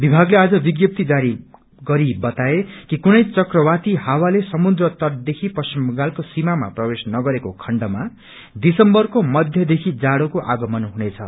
विभागले आज विज्ञप्ती जारी गरी बताए कि कुनै चक्रवाती हावाले समुन्द्र तटदेखि पश्चिम बंगालको सिमामा प्रवेश नगरेको खण्डमा दिसम्बरको मध्य देखि जाड़ो आगमन हुनेछ